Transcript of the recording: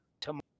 Tomorrow